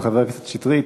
חבר הכנסת שטרית,